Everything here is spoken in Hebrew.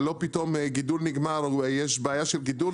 שלא פתאום גידול נגמר או יש בעיה של גידול.